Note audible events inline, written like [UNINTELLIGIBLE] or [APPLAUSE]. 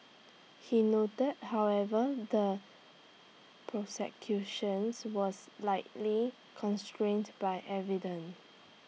he noted however the prosecutions was likely constrained by [UNINTELLIGIBLE]